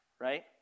right